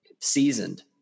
seasoned